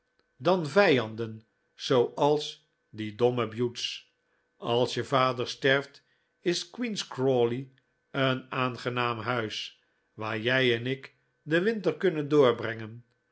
dan vijanden zooals die domme butes als je vader sterft is queen's crawley een aangenaam huis waar jij en ik den winter kunnen doorbrengen